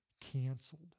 canceled